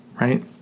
right